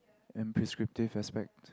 and prescriptive aspect